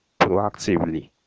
proactively